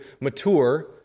mature